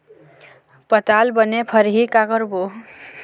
पताल बने फरही का करबो?